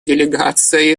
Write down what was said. делегация